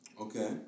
Okay